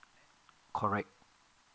correct